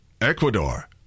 Ecuador